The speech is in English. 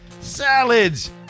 salads